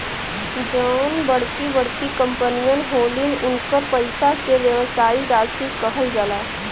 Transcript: जउन बड़की बड़की कंपमीअन होलिन, उन्कर पइसा के व्यवसायी साशी कहल जाला